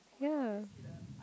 ya